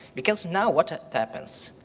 because now what ah happens,